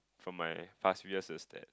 from my past few years is that